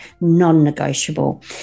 non-negotiable